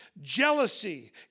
Jealousy